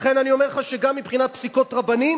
לכן אני אומר לך שגם מבחינת פסיקות רבנים,